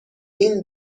این